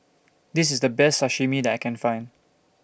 This IS The Best Sashimi that I Can Find